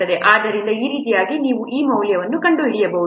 ಆದ್ದರಿಂದ ಈ ರೀತಿಯಾಗಿ ನೀವು ಈ ಮೌಲ್ಯಗಳನ್ನು ಕಂಡುಹಿಡಿಯಬಹುದು